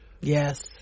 Yes